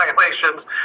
violations